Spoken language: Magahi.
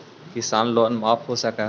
किसान लोन माफ हो सक है?